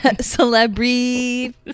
Celebrity